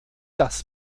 dass